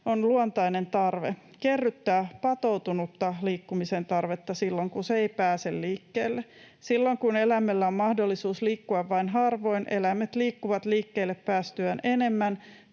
on luontainen tarve, kerryttää patoutunutta liikkumisen tarvetta silloin, kun se ei pääse liikkeelle. Silloin kun eläimellä on mahdollisuus liikkua vain harvoin, eläimet liikkuvat liikkeelle päästyään enemmän